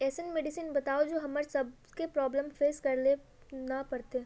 ऐसन मेडिसिन बताओ जो हम्मर सबके प्रॉब्लम फेस करे ला ना पड़ते?